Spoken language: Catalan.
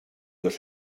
dos